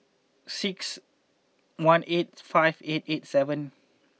six one eight five eight eight seven